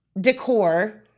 decor